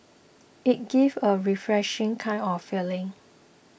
it gives a refreshing kind of feeling